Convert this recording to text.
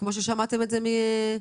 כמו שנאמר,